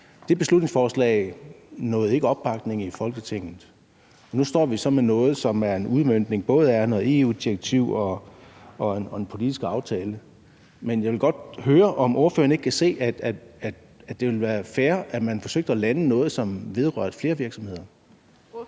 Det beslutningsforslag opnåede ikke opbakning i Folketinget. Nu står vi så med noget, som er en udmøntning af både et EU-direktiv og en politisk aftale. Men jeg vil godt høre, om ordføreren ikke kan se, at det ville være fair, at man forsøgte at lande noget, som vedrørte flere virksomheder.